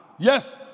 Yes